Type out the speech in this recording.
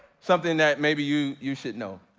something that maybe you you should know.